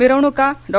मिरवणूका डॉ